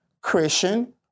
Christian